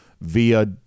via